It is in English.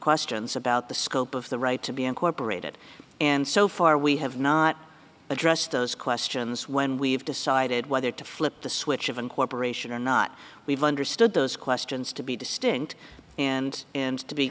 questions about the scope of the right to be incorporated and so far we have not addressed those questions when we have decided whether to flip the switch of incorporation or not we've understood those questions to be distinct and and to be